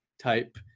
type